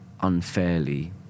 unfairly